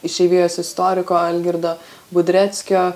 išeivijos istoriko algirdo budreckio